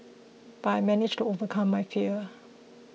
but I managed to overcome my fear